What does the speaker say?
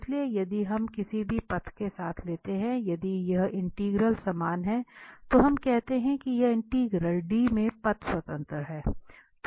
इसलिए यदि हम किसी भी पथ के साथ लेते हैं यदि यह इंटीग्रल समान है तो हम कहते हैं कि यह इंटीग्रल D में पथ स्वतंत्र है